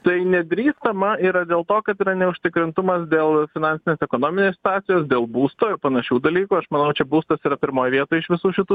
tai nedrįstama yra dėl to kad yra neužtikrintumas dėl finansinės ekonominės situacijos dėl būsto ir panašių dalykų aš manau čia būstas yra pirmoj vietoj iš visų šitų